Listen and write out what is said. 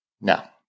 Now